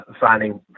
finding